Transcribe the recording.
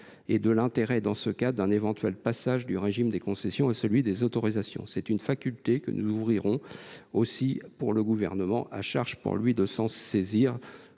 l’intérêt d’un éventuel passage du régime des concessions à celui des autorisations. C’est une faculté que nous ouvririons ainsi pour le Gouvernement. À charge pour lui de s’en saisir.